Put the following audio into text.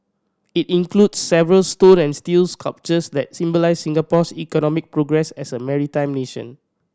it includes several stone and steel sculptures that symbolise Singapore's economic progress as a maritime nation